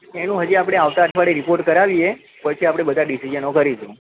એનું હજી આપણે આવતા અઠવાડિયે રિપોર્ટ કરાવીએ પછી આપણે બધા ડીસીઝનો કરીશું